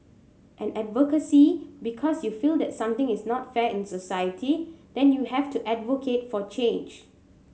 and advocacy because you feel that something is not fair in society then you have to advocate for change